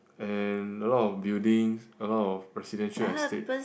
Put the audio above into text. and a lot of buildings a lot of residential estate